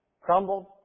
crumbled